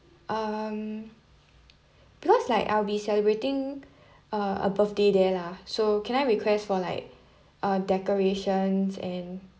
um because like I'll be celebrating uh a birthday there lah so can I request for like uh decorations and